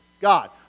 God